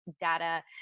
data